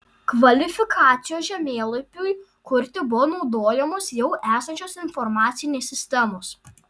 kvalifikacijos žemėlapiui kurti buvo naudojamos jau esančios informacinės sistemos